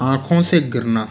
आँखों से गिरना